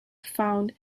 found